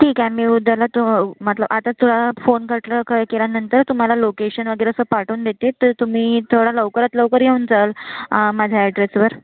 ठीक आहे मी उद्याला तू म्हटलं आता तुला फोन कटलं क केल्यानंतर तुम्हाला लोकेशन वगैरे असं पाठवून देते ते तुम्ही थोड्या लवकरात लवकर येऊन जाल माझ्या ॲड्रेसवर